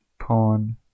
pawn